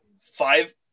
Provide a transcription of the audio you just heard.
five